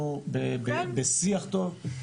אנחנו בשיח טוב,